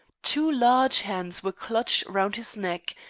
two large hands were clutched round his neck,